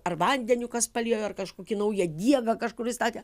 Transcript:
ar vandeniu kas paliejo ar kažkokį naują diegą kažkur įstatė